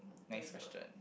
next question